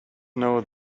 know